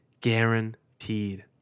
guaranteed